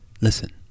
Listen